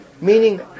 Meaning